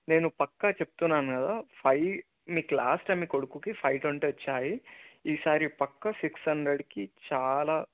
నేను పక్కా చెప్తున్నాను కదా ఫైవ్ మీకు లాస్ట్ టైం మీ కొడుకుకి ఫైవ్ ట్వంటీ వచ్చాయి ఈసారి పక్కా సిక్స్ హండ్రెడ్కి చాలా